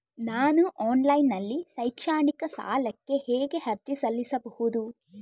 ನಾನು ಆನ್ಲೈನ್ ನಲ್ಲಿ ಶೈಕ್ಷಣಿಕ ಸಾಲಕ್ಕೆ ಹೇಗೆ ಅರ್ಜಿ ಸಲ್ಲಿಸಬಹುದು?